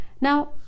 now